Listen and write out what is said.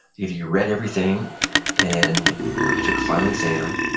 either you read everything and you took a final exam,